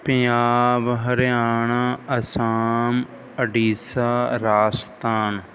Punjab Haryana Assam Orissa Rajasthan